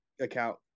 account